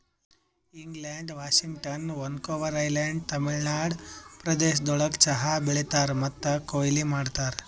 England, Washington, Vancouver island, Tamil Nadu ಪ್ರದೇಶಗೊಳ್ದಾಗ್ ಚಹಾ ಬೆಳೀತಾರ್ ಮತ್ತ ಕೊಯ್ಲಿ ಮಾಡ್ತಾರ್